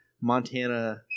Montana